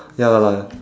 ya lah